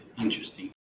interesting